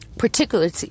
particularly